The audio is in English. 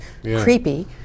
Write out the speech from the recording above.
Creepy